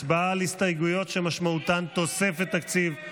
הצבעה על הסתייגויות שמשמעותן תוספת תקציב,